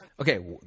Okay